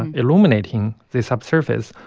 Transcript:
and illuminating the subsurface,